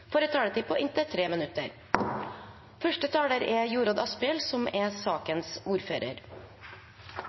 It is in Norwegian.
får en taletid på inntil 5 minutter. Første taler er Per-Willy Amundsen, for sakens ordfører,